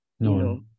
No